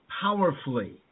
powerfully